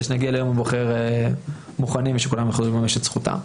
שנגיע ליום הבוחר מוכנים ושכולם יוכלו לממש את זכותם.